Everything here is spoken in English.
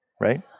right